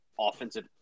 offensive